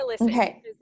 Okay